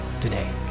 today